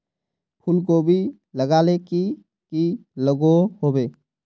फूलकोबी लगाले की की लागोहो होबे?